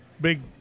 big